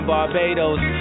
Barbados